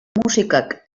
musikak